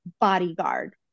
bodyguard